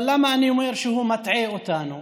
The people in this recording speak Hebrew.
אבל למה אני אומר שהוא מטעה אותנו?